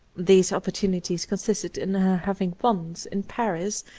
these opportunities con sisted in her having once, in paris,